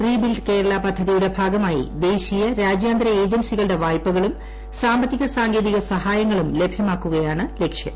rebuild Kerala പദ്ധതിയുടെ ഭാഗമായി ദേശീയ രാജ്യാന്തര ഏജൻസിക ളുടെ വായ്പകളും സാമ്പത്തിക സാങ്കേതിക സഹായങ്ങളും ലഭ്യമാക്കുകയാണ് ലക്ഷ്യം